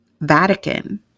vatican